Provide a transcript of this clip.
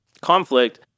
conflict